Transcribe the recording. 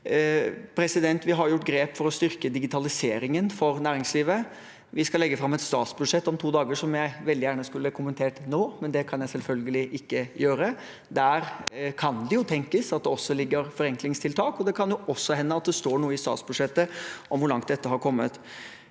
byråkrati. Vi har gjort grep for å styrke digitaliseringen for næringslivet. Om to dager skal vi legge fram et statsbudsjett, som jeg veldig gjerne skulle kommentert nå, men det kan jeg selvfølgelig ikke gjøre. Der kan det jo tenkes at det også ligger forenklingstiltak, og det kan også hende at det står noe i statsbudsjettet om hvor langt dette har kommet.